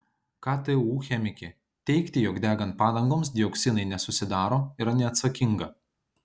ktu chemikė teigti jog degant padangoms dioksinai nesusidaro yra neatsakinga